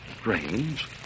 strange